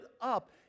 up